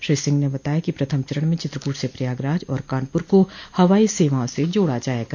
श्री सिंह ने बताया कि प्रथम चरण में चित्रकूट से प्रयागराज और कानपुर को हवाई सेवाओं से जोड़ा जायेगा